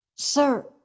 Sir